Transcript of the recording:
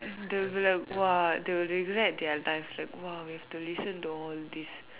they will be like !wah! they'll regret their life like !wah! we have to listen to all this